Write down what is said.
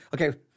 Okay